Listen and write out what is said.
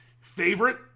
favorite